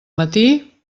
matí